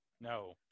No